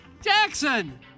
Jackson